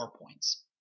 points